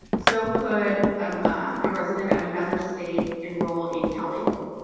so could um a resident of another state enroll in cal able.